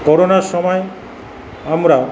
করোনার সময় আমরা